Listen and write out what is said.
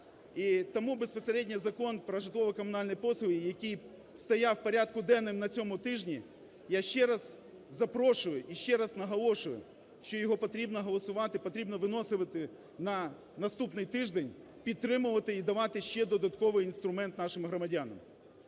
тому безпосередньо Закон про житлово-комунальні послуги, який стояв у порядку денному на цьому тижні, я ще раз запрошую і ще наголошую, що його потрібно голосувати, потрібно виносити на наступний тиждень, підтримувати і давати ще додатковий інструмент нашим громадянам.